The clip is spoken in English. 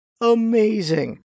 amazing